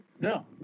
No